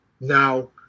Now